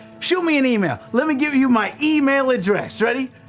shoot me an email, let me give you my email address, ready?